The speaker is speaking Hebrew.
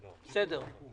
חברי הוועדה וחברי הכנסת,